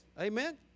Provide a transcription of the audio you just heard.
Amen